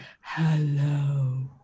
hello